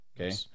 Okay